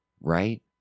right